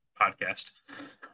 podcast